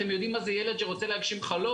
אתם יודעים מה זה ילד שרוצה להגשים חלום?